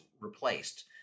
replaced